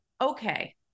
okay